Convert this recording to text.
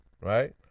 Right